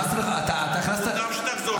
חס וחלילה ---- אז קודם כול --- מוטב שתחזור בך.